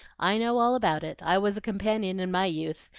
i know all about it i was a companion in my youth,